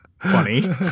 funny